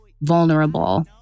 vulnerable